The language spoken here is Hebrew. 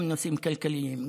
גם בנושאים כלכליים,